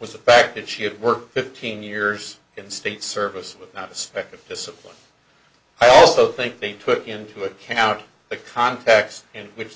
was the fact that she had worked fifteen years in state service not a speck of discipline i also think they took into account the context in which